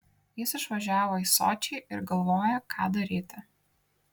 jis išvažiavo į sočį ir galvoja ką daryti